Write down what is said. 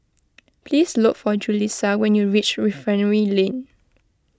please look for Julisa when you reach Refinery Lane